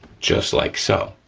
just like so.